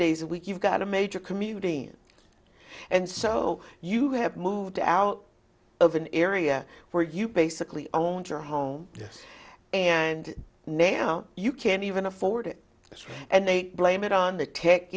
days a week you've got a major community and so you have moved out of an area where you basically own your home and now you can't even afford it and they blame it on the tech